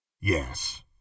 Yes